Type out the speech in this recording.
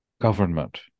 government